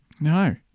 No